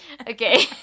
Okay